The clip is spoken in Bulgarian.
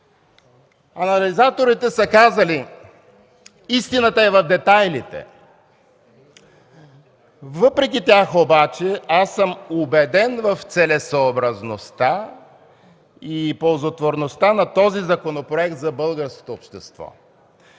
Анализаторите са казали: истината е в детайлите. Въпреки тях обаче, аз съм убеден в целесъобразността и ползотворността на този законопроект за българското общество.